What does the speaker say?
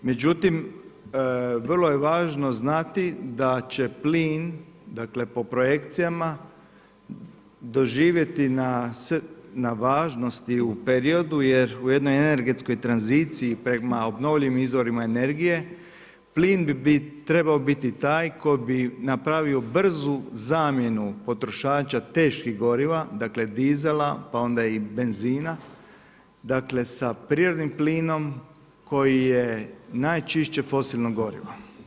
Međutim, vrlo je važno znati, da će plin, po projekcijama, doživjeti na važnosti u periodu, jer u jednoj energetskoj tranziciji, prema obnovljivim izvorima energijama, plin bi trebao biti taj, koji bi napravio brzu zamjenu potrošača teških goriva, dakle, dizela pa onda i benzina, dakle, sa prirodnim plinom, koji je najčišće fosilno gorivo.